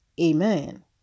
Amen